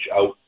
out